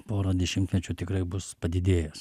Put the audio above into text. porą dešimtmečių tikrai bus padidėjęs